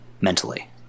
mentally